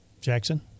Jackson